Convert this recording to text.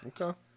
Okay